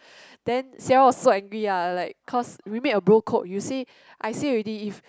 then Sierra was so angry ah like cause we made a bro code you say I say already if